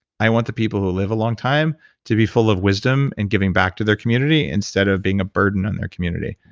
i want the people who live a long time to be full of wisdom and giving back to their community, instead of being a burden on their community.